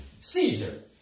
Caesar